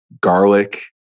garlic